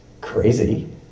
crazy